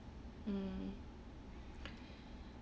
mm